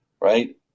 right